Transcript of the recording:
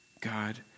God